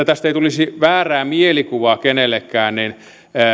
tästä ei tulisi väärää mielikuvaa kenellekään niin